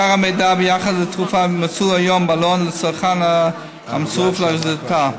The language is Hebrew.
עיקר המידע ביחס לתרופה מצוי היום בעלון לצרכן המצורף לאריזתה.